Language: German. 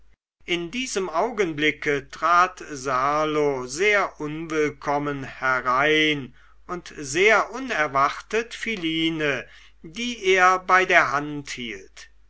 in diesem augenblicke trat serlo sehr unwillkommen herein und sehr unerwartet philine die er bei der hand hielt